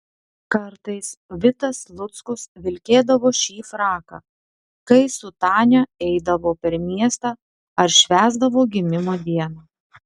kartais vitas luckus vilkėdavo šį fraką kai su tania eidavo per miestą ar švęsdavo gimimo dieną